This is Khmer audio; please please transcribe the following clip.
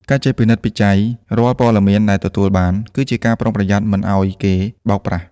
ការចេះពិនិត្យពិច័យរាល់ព័ត៌មានដែលទទួលបាន គឺជាការប្រុងប្រយ័ត្នមិនឱ្យគេបោកប្រាស់។